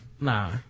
nah